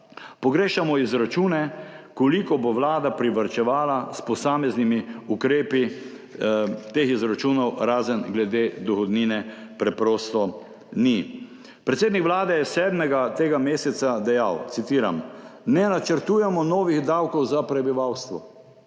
Pogrešamo izračune, koliko bo Vlada privarčevala s posameznimi ukrepi. Teh izračunov, razen glede dohodnine, preprosto ni. Predsednik Vlade je 7. tega meseca dejal, citiram: »Ne načrtujemo novih davkov za prebivalstvo.«